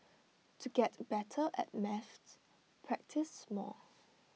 to get better at maths practise more